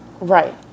Right